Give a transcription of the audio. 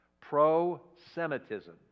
pro-Semitism